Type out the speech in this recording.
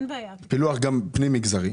הפילוח הוא פנים מגזרי.